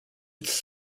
its